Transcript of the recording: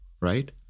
right